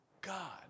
God